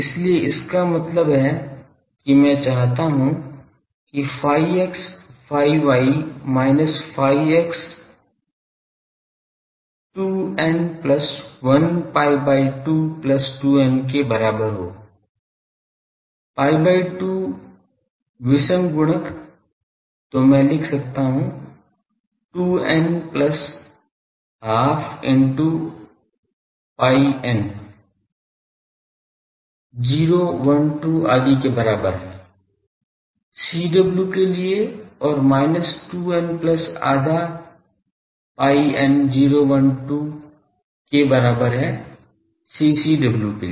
इसलिए इसका मतलब है कि मैं चाहता हूं कि phi x phi y minus phi x 2 n plus 1 pi by 2 plus 2n के बराबर हो pi by 2 विषम गुणक तो मैं लिख सकता हूँ 2 n plus आधा into pi n 0 1 2 आदि के बराबर है CW के लिए और minus 2 n plus आधा pi n 0 1 2 के बराबर है CCW के लिए